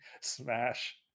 smash